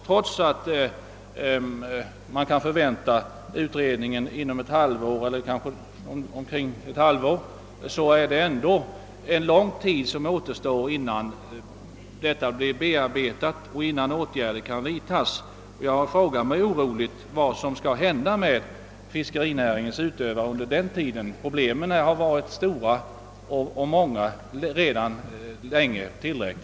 Men om man också kan förvänta utredningens betänkande om något halvår återstår ändå lång tid innan frågan slutbehandlats och åtgärder kan vidtas, och jag frågar mig oroligt vad som under tiden kommer att hända med fiskerinäringens utövare. Problemen har varit många och stora alltför länge redan.